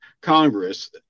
Congress